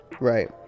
right